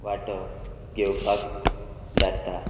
वांटो घेवपाक धाडटां